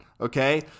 okay